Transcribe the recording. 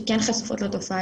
שכן חשופות לתופעה,